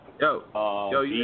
Yo